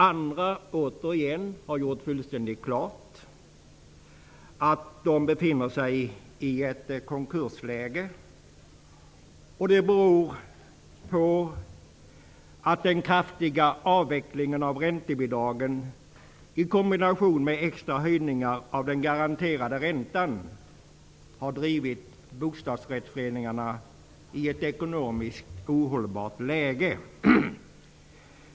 Andra har återigen gjort fullständigt klart att de befinner sig i ett konkursläge. Det beror på att den kraftiga avvecklingen av räntebidragen i kombination med extra höjningar av den garanterade räntan har drivit in bostadsrättsföreningarna i ett ekonomiskt ohållbart läge.